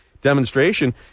demonstration